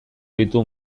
ditu